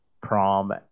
Prom